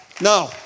No